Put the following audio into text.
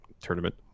tournament